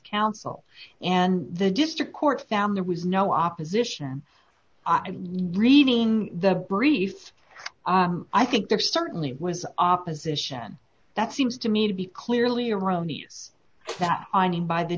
council and the district court found there was no opposition reading the brief i think there certainly was opposition that seems to me to be clearly erroneous that i mean by the